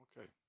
Okay